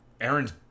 Aaron's